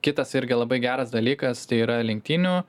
kitas irgi labai geras dalykas tai yra lenktynių